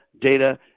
data